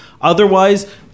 Otherwise